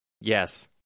Yes